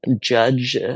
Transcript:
judge